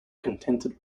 contented